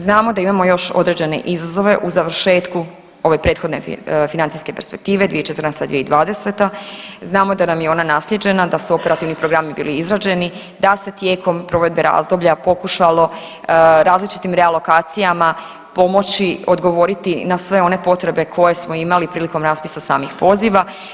Znamo da imamo još određene izazove u završetku ove prethodne financijske perspektive 2014.-2020., znamo da nam je ona naslijeđena, da su operativni programi bili izrađeni, da se tijekom provedbe razdoblja pokušalo različitim re alokacijama pomoći odgovoriti na sve one potrebe koje smo imali prilikom raspisa samih poziva.